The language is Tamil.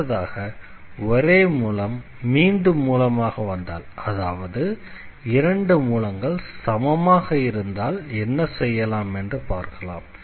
அடுத்ததாக ஒரே மூலம் மீண்டும் மூலமாக வந்தால் அதாவது இரண்டு மூலங்கள் சமமாக இருந்தால் என்ன செய்யலாம் என்று பார்க்கலாம்